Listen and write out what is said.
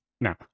Now